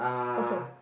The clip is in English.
Kosong